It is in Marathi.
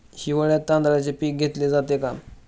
हिवाळ्यात तांदळाचे पीक घेतले जाते का?